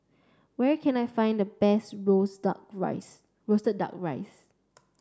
where can I find the best roasted rice roasted duck rice